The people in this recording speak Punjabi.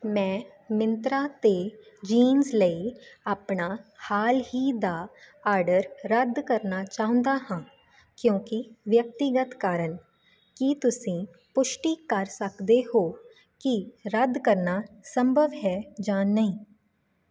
ਮੈਂ ਮਿੰਤਰਾ 'ਤੇ ਜੀਨਸ ਲਈ ਆਪਣਾ ਹਾਲ ਹੀ ਦਾ ਆਰਡਰ ਰੱਦ ਕਰਨਾ ਚਾਹੁੰਦਾ ਹਾਂ ਕਿਉਂਕਿ ਵਿਅਕਤੀਗਤ ਕਾਰਨ ਕੀ ਤੁਸੀਂ ਪੁਸ਼ਟੀ ਕਰ ਸਕਦੇ ਹੋ ਕਿ ਰੱਦ ਕਰਨਾ ਸੰਭਵ ਹੈ ਜਾਂ ਨਹੀਂ